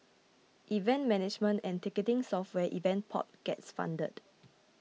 event management and ticketing software Event Pop gets funded